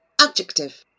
Adjective